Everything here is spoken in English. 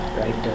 right